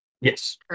Yes